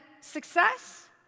success